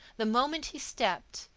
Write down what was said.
the moment he stepped,